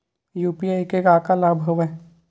UPI के का का लाभ हवय?